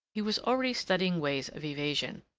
he was already studying ways of evasion.